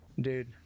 Dude